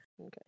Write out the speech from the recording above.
Okay